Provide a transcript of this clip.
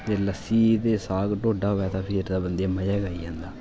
लस्सी ते साग ढोडा होऐ ते फिर बंदे गी मज़ा गै आई जंदा